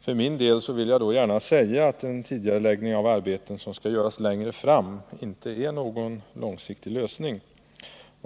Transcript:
För min del vill jag då gärna säga att en tidigareläggning av arbeten som annars skulle utföras längre fram inte är någon långsiktig lösning på problemet.